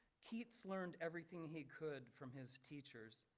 keats learned everything he could from his teachers